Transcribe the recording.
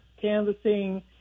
canvassing